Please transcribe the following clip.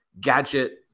gadget